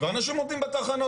ואנשים עומדים בתחנות.